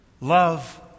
Love